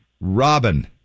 Robin